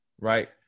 right